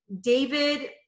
David